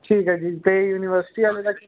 ਠੀਕ ਹੈ ਜੀ ਅਤੇ ਯੂਨੀਵਸਟੀ ਵਾਲੇ ਦਾ